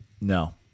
No